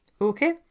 okay